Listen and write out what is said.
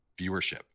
viewership